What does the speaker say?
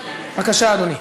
בבקשה, אדוני.